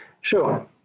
Sure